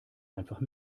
einfach